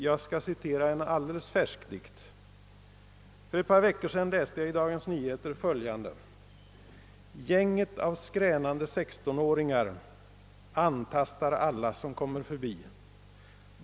Jag skall citera en alldeles färsk dikt. För ett par veckor sedan läste jag i Dagens Nyheter följande: antastar alla som kommer förbi.